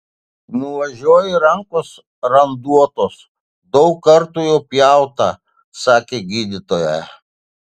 nuvažiuoji rankos randuotos daug kartų jau pjauta sakė gydytoja